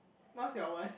what's your worst